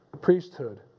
priesthood